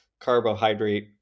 carbohydrate